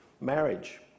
marriage